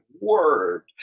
word